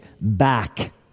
back